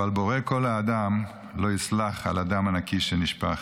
אבל בורא כל האדם לא יסלח על הדם הנקי שנשפך.